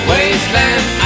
Wasteland